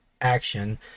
action